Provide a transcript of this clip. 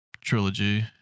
trilogy